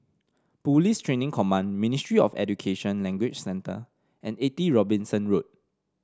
Police Training Command Ministry of Education Language Centre and Eighty Robinson Road